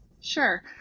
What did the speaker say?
Sure